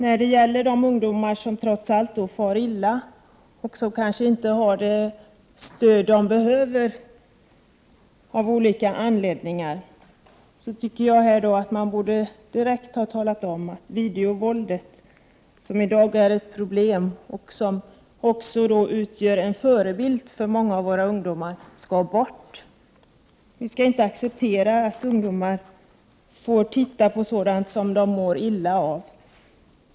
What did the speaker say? När det gäller de ungdomar som trots allt far illa och som, av olika anledningar, inte har det stöd som de behöver borde man direkt ha talat om att videovåldet, som i dag är ett problem och utgör en förebild för många ungdomar, skall bort. Vi skall inte acceptera att ungdomar får titta på sådant som de mår illa av.